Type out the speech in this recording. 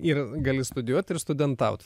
ir gali studijuot ir studentaut